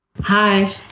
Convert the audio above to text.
Hi